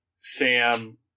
Sam